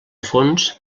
fons